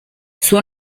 suo